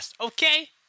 Okay